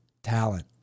Talent